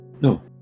No